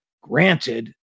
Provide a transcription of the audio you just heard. granted